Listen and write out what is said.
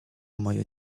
moje